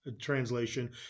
translation